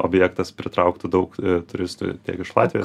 objektas pritrauktų daug turistų tiek iš latvijos